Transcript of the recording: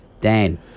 Dan